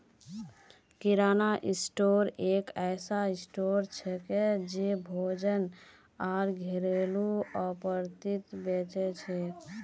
किराना store एक ऐसा store छिके जे भोजन आर घरेलू आपूर्ति बेच छेक